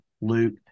Luke